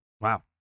Wow